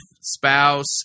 spouse